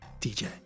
DJ